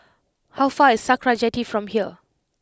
how far is Sakra Jetty from here